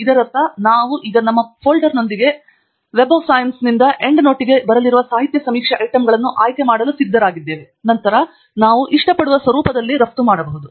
ಇದರರ್ಥ ನಾವು ಈಗ ನಮ್ಮ ಫೋಲ್ಡರ್ನೊಂದಿಗೆ ಸೈನ್ಸ್ ವೆಬ್ನಿಂದ ಎಂಡ್ ನೋಟ್ಗೆ ಬರಲಿರುವ ಸಾಹಿತ್ಯ ಸಮೀಕ್ಷೆ ಐಟಂಗಳನ್ನು ಆಯ್ಕೆ ಮಾಡಲು ಸಿದ್ಧರಾಗಿದ್ದೇವೆ ನಂತರ ನಾವು ಇಷ್ಟಪಡುವ ಸ್ವರೂಪದಲ್ಲಿ ನಾವು ರಫ್ತು ಮಾಡಬಹುದು